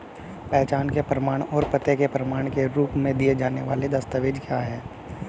पहचान के प्रमाण और पते के प्रमाण के रूप में दिए जाने वाले दस्तावेज क्या हैं?